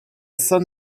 san